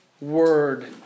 word